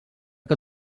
que